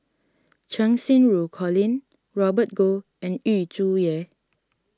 Cheng Xinru Colin Robert Goh and Yu Zhuye